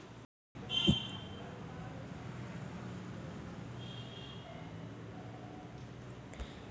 दोन हजार पंधरामध्ये जगभर लोकसहकार्यातून पंचेचाळीस अब्ज डॉलर मिळाले